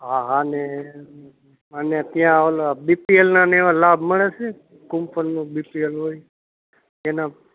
હા હા ને અને ત્યાં ઓલા બી પી એલનાને એવા લાભ મળે છે કૂંપનનું બીપીએલ હોય એના